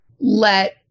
let